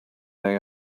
they